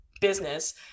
business